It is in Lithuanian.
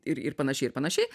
ir ir panašiai ir panašiai